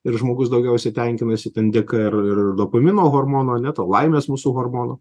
ir žmogus daugiausiai tenkinasi ten dėka ir dopamino hormono ane to laimės mūsų hormonų